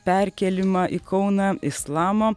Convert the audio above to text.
perkėlimą į kauną islamo